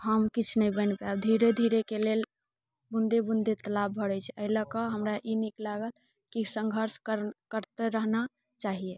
हम किछु नहि बनि पायब धीरे धीरेके लेल बून्दे बून्दे तालाब भरैत छै एहि लऽ कऽ हमरा ई नीक लागल कि संघर्ष कर करिते रहना चाहिए